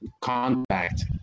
contact